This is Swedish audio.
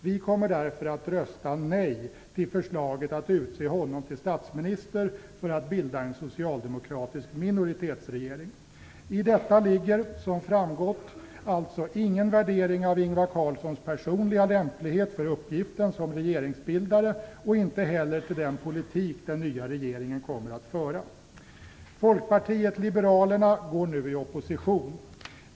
Vi kommer därför att rösta nej till förslaget att utse honom till statsminister med uppdrag att bilda en socialdemokratisk minoritetsregering. I detta ligger, som framgått, alltså ingen värdering av Ingvar Carlssons personliga lämplighet för uppgiften som regeringsbildare och inte heller någon värdering av den politik den nya regeringen kommer att föra. Folkpartiet liberalerna går nu i opposition.